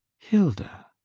hilda?